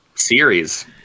series